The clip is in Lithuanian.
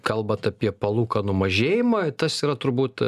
kalbat apie palūkanų mažėjimą tas yra turbūt